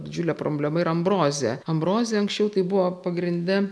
didžiule problema yra ambrozė ambrozė anksčiau tai buvo pagrinde